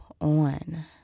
on